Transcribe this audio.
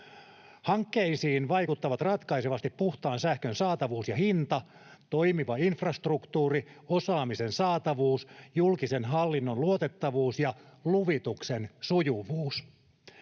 Hankkeisiin vaikuttavat ratkaisevasti puhtaan sähkön saatavuus ja hinta, toimiva infrastruktuuri, osaamisen saatavuus, julkisen hallinnon luotettavuus ja luvituksen sujuvuus.